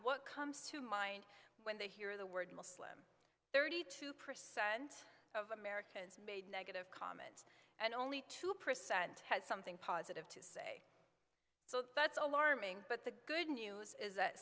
what comes to mind when they hear the word muslim thirty two percent of americans made a negative comment and only two percent had something positive to say so that's alarming but the good news is that